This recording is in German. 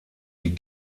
die